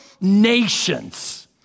nations